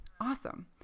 awesome